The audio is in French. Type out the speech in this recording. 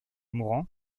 mourant